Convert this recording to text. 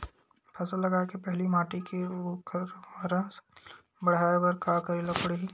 फसल लगाय के पहिली माटी के उरवरा शक्ति ल बढ़ाय बर का करेला पढ़ही?